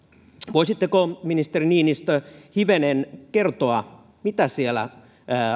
voisitteko ministeri niinistö hivenen kertoa mitä siellä